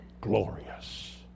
glorious